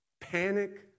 panic